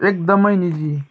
एकदमै निजी